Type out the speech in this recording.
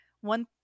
one